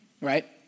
right